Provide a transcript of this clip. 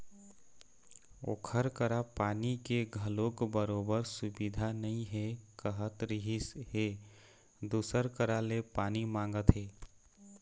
ओखर करा पानी के घलोक बरोबर सुबिधा नइ हे कहत रिहिस हे दूसर करा ले पानी मांगथे